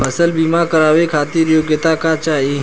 फसल बीमा करावे खातिर योग्यता का चाही?